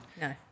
No